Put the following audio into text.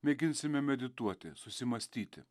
mėginsime medituoti susimąstyti